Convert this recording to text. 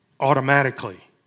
automatically